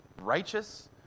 righteous